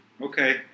Okay